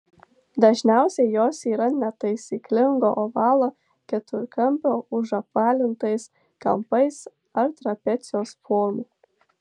dažniausiai jos yra netaisyklingo ovalo keturkampio užapvalintais kampais ar trapecijos formų